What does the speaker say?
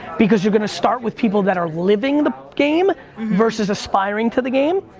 because you're gonna start with people that are living the game versus aspiring to the game,